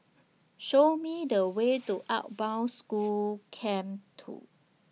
Show Me The Way to Outward Bound School Camp two